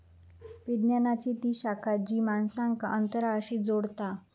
विज्ञानाची ती शाखा जी माणसांक अंतराळाशी जोडता